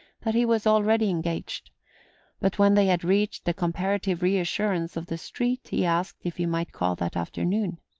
that he was already engaged but when they had reached the comparative reassurance of the street he asked if he might call that afternoon.